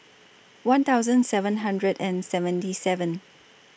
one thousand seven hundred and seventy seven